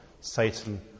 Satan